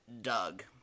Doug